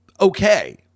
okay